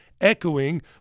echoing